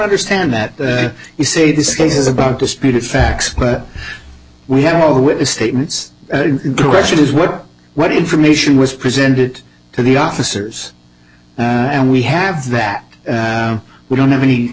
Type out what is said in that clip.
understand that you say this case is about disputed facts but we have all the witness statements direction is what what information was presented to the officers and we have that we don't have any